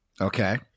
Okay